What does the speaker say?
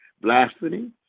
blasphemy